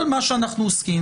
כל מה שאנו עוסקים,